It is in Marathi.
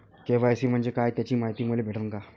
के.वाय.सी म्हंजे काय त्याची मायती मले भेटन का?